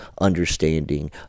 understanding